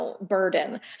burden